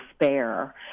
despair